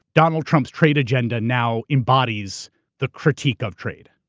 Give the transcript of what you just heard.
donald trump's trade agenda now embodies the critique of trade?